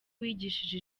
wigishije